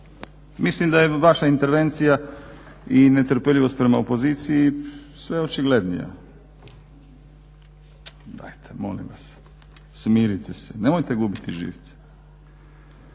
Mislim da je vaša intervencija i netrpeljivost prema opoziciji sve očiglednija. Dajte molim vas smirite se, nemojte gubiti živce.